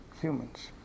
humans